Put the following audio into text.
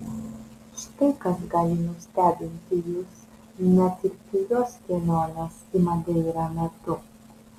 štai kas gali nustebinti jus net ir pigios kelionės į madeirą metu